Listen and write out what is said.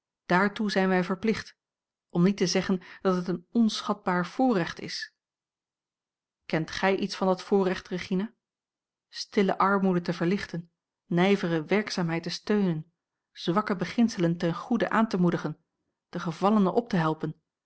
daartoe zijn wij verplicht om niet te zeggen dat het een onschatbaar voorrecht is kent gij iets van dat voorrecht regina stille armoede te verlichten nijvere werkzaamheid te steunen zwakke beginselen ten goede aan te moedigen den gevallene op te helpen